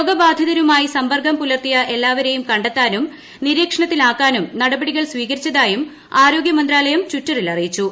രോഗബാധിതരുമായി സമ്പർക്കം പുലർത്തിയ എല്ലാവരെയും കണ്ടെത്താനും നിരീക്ഷണത്തിലാക്കാനും നടപടികൾ സ്വീകരിച്ചതായും ആരോഗ്യമന്ത്രാലയം ട്വിറ്ററിൽ അറിയിച്ചു